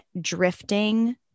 drifting